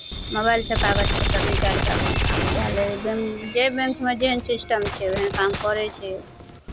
मोबाइलसँ कागज पत्तर निकालि कऽ अपन काम कए लैए जाहि बैंकमे जेहन सिस्टम छै ओहन काम करै छै